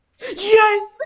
Yes